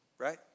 Right